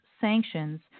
sanctions